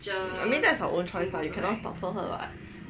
I mean that's her own choice lah you cannot stop for her [what]